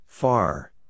Far